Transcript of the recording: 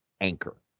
anchor